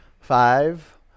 Five